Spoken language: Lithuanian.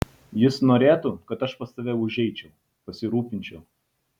jis norėtų kad aš pas tave užeičiau pasirūpinčiau